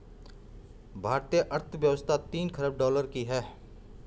भारतीय अर्थव्यवस्था तीन ख़रब डॉलर की है